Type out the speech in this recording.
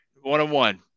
one-on-one